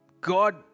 God